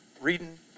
reading